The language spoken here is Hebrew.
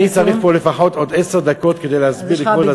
אני צריך לפחות עוד עשר דקות כדי להסביר לכבוד השר,